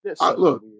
look